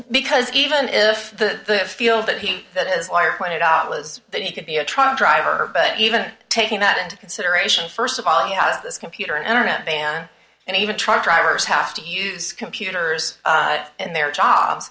because even if the feel that he that is lawyer pointed out was that he could be a truck driver but even taking that into consideration st of all this computer and internet ban and even truck drivers have to use computers in their job